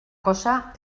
cosa